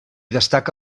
destaca